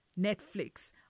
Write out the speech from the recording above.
Netflix